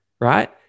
right